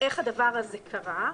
איך הדבר הזה קרה.